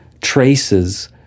traces